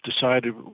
decided